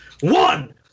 One